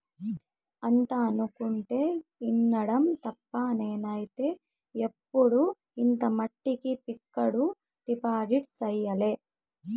అంతా అనుకుంటుంటే ఇనడం తప్ప నేనైతే ఎప్పుడు ఇంత మట్టికి ఫిక్కడు డిపాజిట్ సెయ్యలే